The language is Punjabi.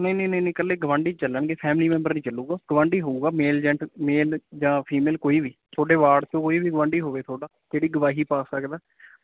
ਨਹੀਂ ਨਹੀਂ ਨਹੀਂ ਨਹੀਂ ਇਕੱਲੇ ਗੁਆਂਢੀ ਚੱਲਣਗੇ ਫੈਮਲੀ ਮੈਂਬਰ ਨਹੀਂ ਚੱਲੂਗਾ ਗੁਆਂਢੀ ਹੋਊਗਾ ਮੇਲ ਜੈਂਟ ਮੇਲ ਜਾਂ ਫੀਮੇਲ ਕੋਈ ਵੀ ਤੁਹਾਡੇ ਵਾਰਡ 'ਚੋ ਕੋਈ ਵੀ ਗੁਆਂਢੀ ਹੋਵੇ ਤੁਹਾਡਾ ਜਿਹੜਾ ਗਵਾਹੀ ਪਾ ਸਕਦਾ